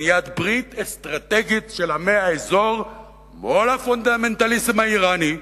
בניית ברית אסטרטגית של עמי האזור מול הפונדמנטליזם האירני.